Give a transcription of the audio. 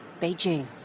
Beijing